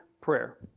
prayer